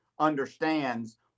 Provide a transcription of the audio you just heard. understands